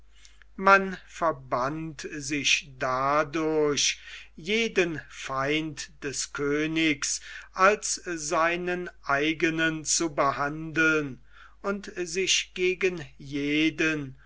man verband sich dadurch jeden feind des königs als seinen eigenen zu behandeln und sich gegen jeden